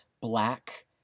black